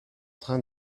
train